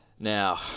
Now